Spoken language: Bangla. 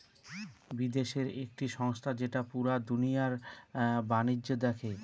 বিদেশের একটি সংস্থা যেটা পুরা দুনিয়ার বাণিজ্য দেখে